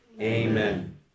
Amen